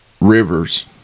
rivers